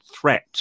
threat